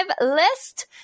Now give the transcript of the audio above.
list